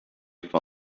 for